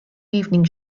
evening